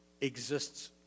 exists